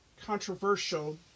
controversial